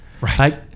Right